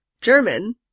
German